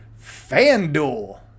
FanDuel